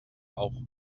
auch